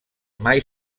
mai